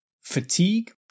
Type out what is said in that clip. fatigue